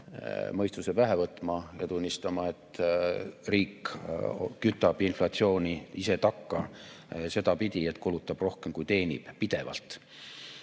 mõistuse pähe võtma ja tunnistama, et riik kütab inflatsiooni ise takka sedapidi, et kulutab pidevalt rohkem, kui teenib.